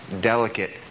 delicate